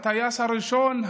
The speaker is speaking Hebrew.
הטייס הראשון,